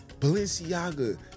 Balenciaga